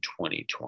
2020